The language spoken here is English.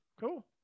cool